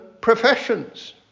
professions